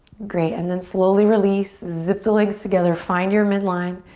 great, and then slowly release. zip the legs together, find your midline.